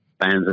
fans